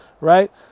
right